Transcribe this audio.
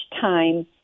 time